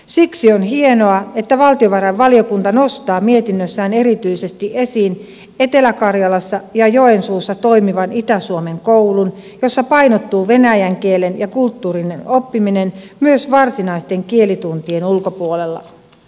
siksi on hienoa että valtiovarainvaliokunta nostaa mietinnössään erityisesti esiin etelä karjalassa ja joensuussa toimivan itä suomen koulun jossa painottuu venäjän kielen ja kulttuurin oppiminen myös varsinaisten kielituntien ulkopuolella